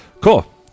cool